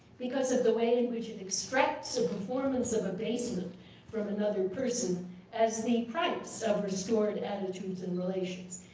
because of the way in which it extracts a performance of abasement from another person as the price so of restored attitudes and relations.